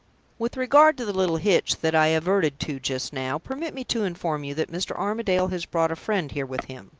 with regard to the little hitch that i adverted to just now, permit me to inform you that mr. armadale has brought a friend here with him,